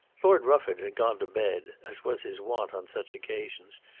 lord rufford had gone to bed, as was his wont on such occasions,